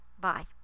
Bye